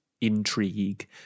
intrigue